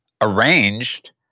arranged